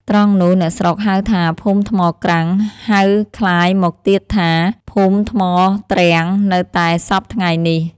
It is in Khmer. ត្រង់នោះ អ្នកស្រុកហៅថាភូមិថ្មក្រាំង ហៅក្លាយមកទៀតថា ភូមិថ្មទ្រាំងនៅតែសព្វថ្ងៃនេះ ។